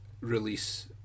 release